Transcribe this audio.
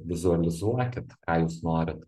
vizualizuokit ką jūs norit